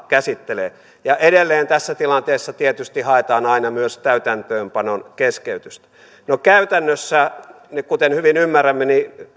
käsittelee edelleen tässä tilanteessa tietysti haetaan aina myös täytäntöönpanon keskeytystä no käytännössä kuten hyvin ymmärrämme